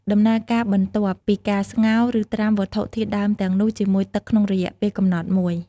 ដំណើរការបន្ទាប់គឺការស្ងោរ ឬត្រាំវត្ថុធាតុដើមទាំងនោះជាមួយទឹកក្នុងរយៈពេលកំណត់មួយ។